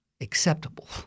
acceptable